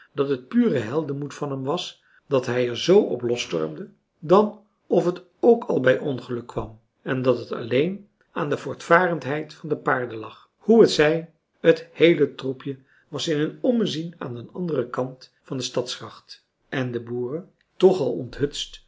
dat het pure heldenmoed van hem was dat hij er zoo op losstormde dan of het ook al bij ongeluk kwam en dat het alleen aan de voortvarendheid van de paarden lag hoe het zij het heele troepje was in een ommezien aan den anderen kant van de stadsgracht en de boeren toch al onthutst